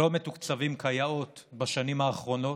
לא מתוקצבים כיאות בשנים האחרונות,